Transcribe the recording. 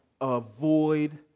avoid